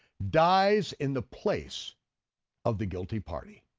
dies in the place of the guilty party.